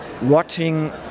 rotting